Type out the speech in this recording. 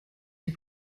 die